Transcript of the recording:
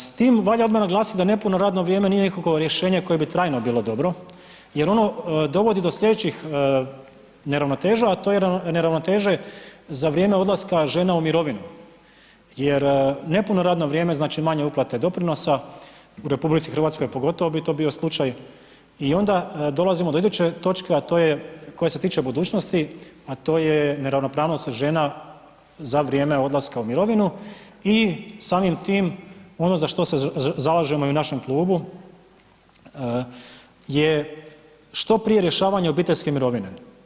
S tim valja odmah naglasiti da nepuno radno vrijeme nije nikakvo rješenje koje bi trajno bilo dobro jer ono dovodi do slijedećih neravnoteža, a to je neravnoteže za vrijeme odlaska žena u mirovinu jer nepuno radno vrijeme znači manje uplate doprinosa u RH pogotovo bi to bio slučaj i onda dolazimo do iduće točke, a to je koja se tiče budućnosti, a to je neravnopravnost žena za vrijeme odlaska u mirovinu i samim tim ono za što se zalažemo i u našem klubu je što prije rješavanje obiteljske mirovine.